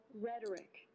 rhetoric